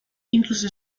incluso